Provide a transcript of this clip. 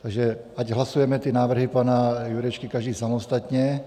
Takže ať hlasujeme ty návrhy pana Jurečky každý samostatně.